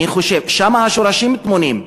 שם השורשים טמונים.